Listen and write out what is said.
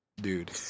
dude